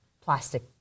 plastic